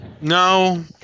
No